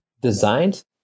designed